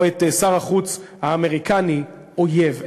או את שר החוץ האמריקני אויב,